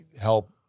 help